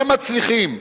הם מצליחים?